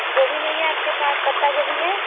गोभी नहीं है आ पके पास पत्ता गोभी है